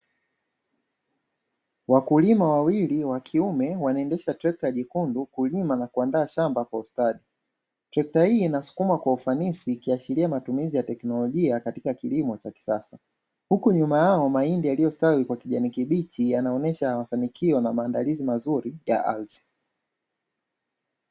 Wakulima wawili wa kiume wanaendesha trekta jekundu kulima na kuandaa shamba kwa ustadi. Trekta hii inasukuma kwa ufanisi ikiashiria matumizi ya teknolojia katika kilimo cha kisasa, huku nyuma yao mahindi yaliyostawi kwa kijani kibichi yanaonesha mafanikio na maandalizi mazuri ya ardhi.